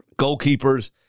goalkeepers